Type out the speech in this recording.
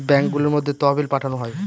ব্যাঙ্কগুলোর মধ্যে তহবিল পাঠানো হয়